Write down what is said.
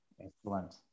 excellent